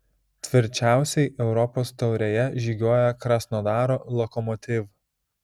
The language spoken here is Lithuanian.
tvirčiausiai europos taurėje žygiuoja krasnodaro lokomotiv